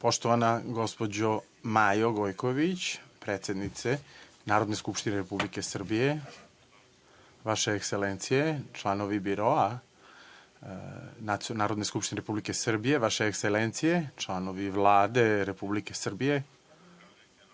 Poštovana gospođo Majo Gojković, predsednice Narodne skupštine Republike Srbije, vaše ekselencije, članovi biroa Narodne skupštine Republike Srbije, vaše ekselencije, članovi Vlade Republike Srbije,